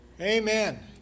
Amen